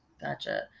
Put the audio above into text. Gotcha